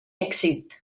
èxit